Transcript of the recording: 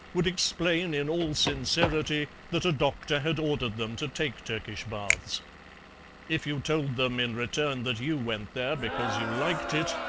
would explain in all sincerity that a doctor had ordered them to take turkish baths if you told them in return that you went there because you liked it,